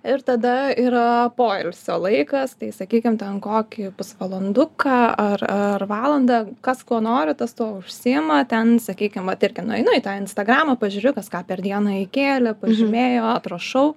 ir tada yra poilsio laikas tai sakykim ten kokį pusvalanduką ar ar valandą kas kuo nori tas tuo užsiima ten sakykim vat irgi nueinu į tą instagramą pažiūriu kas ką per dieną įkėlė pažymėjo atrašau